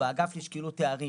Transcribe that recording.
באגף לשקילות תארים,